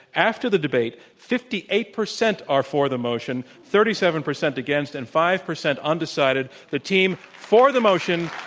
after the debate, fifty eight percent are for the motion, thirty seven percent against, and five percent undecided. the team for the motion,